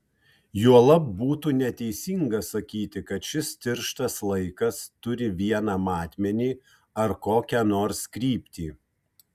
juolab būtų neteisinga sakyti kad šis tirštas laikas turi vieną matmenį ar kokią nors kryptį